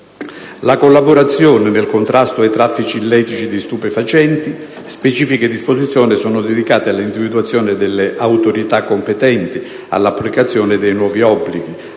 la collaborazione nel contrasto ai traffici illeciti di stupefacenti. Specifiche disposizioni sono dedicate all'individuazione delle autorità competenti, all'applicazione dei nuovi obblighi,